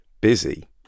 busy